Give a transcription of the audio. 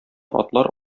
атлар